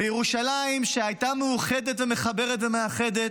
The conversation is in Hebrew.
וירושלים, שהייתה מאוחדת ומחברת ומאחדת,